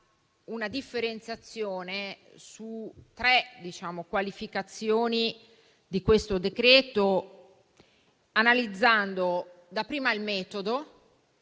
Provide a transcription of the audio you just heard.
una differenziazione su tre qualificazioni di questo decreto, analizzando dapprima il metodo,